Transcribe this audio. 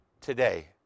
today